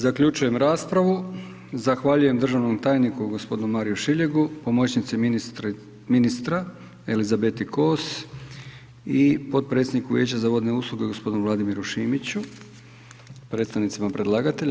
Zaključujem raspravu, zahvaljujem državnom tajniku gospodinu Mariju Šiljegu, pomoćnici ministra Elizabeti Kos i podpredsjedniku Vijeća za vodne usluge gospodinu Vladimiru Šimiću, predstavnicima predlagatelja.